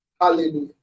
Hallelujah